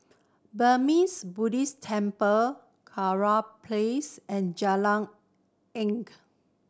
Burmese Buddhist Temple Kurau Place and Jalan Ink